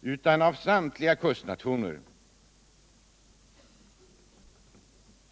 utan av samtliga kustnationer.